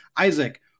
Isaac